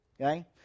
Okay